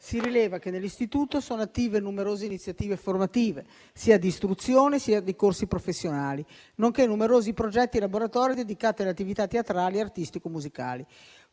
si rileva che nell'istituto sono attive numerose iniziative formative, sia di istruzione sia di corsi professionali, nonché numerosi progetti e laboratori dedicati ad attività teatrali, artistiche e musicali.